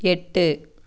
எட்டு